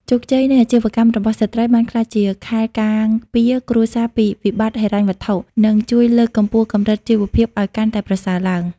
ជោគជ័យនៃអាជីវកម្មរបស់ស្ត្រីបានក្លាយជាខែលការពារគ្រួសារពីវិបត្តិហិរញ្ញវត្ថុ និងជួយលើកកម្ពស់កម្រិតជីវភាពឱ្យកាន់តែប្រសើរឡើង។